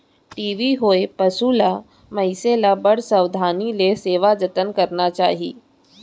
TB होए पसु ल, मनसे ल बड़ सावधानी ले सेवा जतन करना चाही